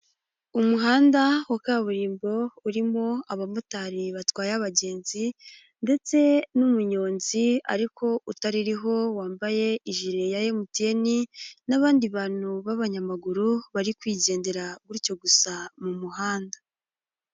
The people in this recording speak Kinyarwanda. Umuhanda wa kaburimbo urimo abamotari batwaye abagenzi, ndetse n'umunyonzi ariko utaririho wambaye ijire ya Emutiyeni, n'abandi bantu b'abanyamaguru bari kwigendera gutyo gusa mu muhanda.